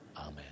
Amen